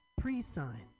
pre-sign